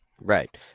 right